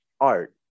art